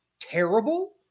terrible